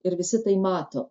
ir visi tai mato